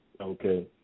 okay